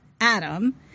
Adam